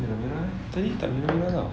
tadi tak merah-merah [tau]